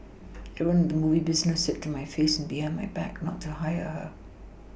everyone in the movie business said to my face and behind my back not to hire her